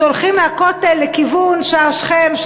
שהולכים מהכותל לכיוון שער שכם,